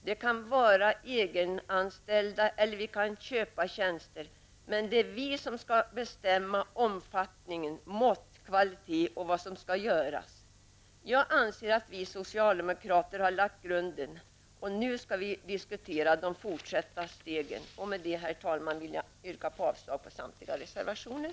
Det kan vara egenanställda eller vi kan köpa tjänster, men det är vi som skall bestämma omfattningen, mått, kvalitet och vad som skall göras. Jag anser att vi socialdemokrater har lagt grunden, och nu skall vi diskutera de fortsatta stegen. Med det, herr talman, vill jag yrka avslag på samtliga reservationer.